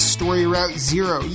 StoryRouteZero